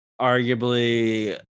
arguably